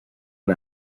and